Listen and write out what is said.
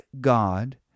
God